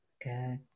Good